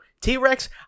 T-Rex